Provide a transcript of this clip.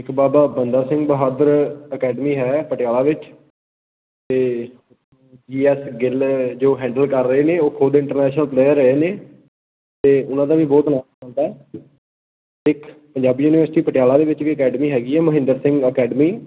ਇਕ ਬਾਬਾ ਬੰਦਾ ਸਿੰਘ ਬਹਾਦਰ ਅਕੈਡਮੀ ਹੈ ਪਟਿਆਲਾ ਵਿੱਚ ਅਤੇ ਜੀ ਐੱਸ ਗਿੱਲ ਜੋ ਹੈਂਡਲ ਕਰ ਰਹੇ ਨੇ ਉਹ ਖੁਦ ਇੰਟਰਨੈਸ਼ਨਲ ਪਲੇਅਰ ਰਹੇ ਨੇ ਅਤੇ ਉਹਨਾਂ ਦਾ ਵੀ ਬਹੁਤ ਚੱਲਦਾ ਇੱਕ ਪੰਜਾਬੀ ਯੂਨੀਵਰਸਿਟੀ ਪਟਿਆਲਾ ਦੇ ਵਿੱਚ ਵੀ ਅਕੈਡਮੀ ਹੈਗੀ ਹੈ ਮਹਿੰਦਰ ਸਿੰਘ ਅਕੈਡਮੀ